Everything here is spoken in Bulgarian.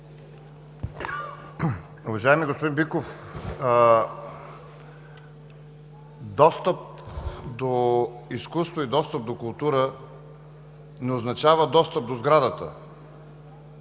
Уважаеми господин Биков, достъп до изкуство и достъп до култура не означава достъп до сградата